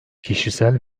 kişisel